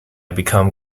become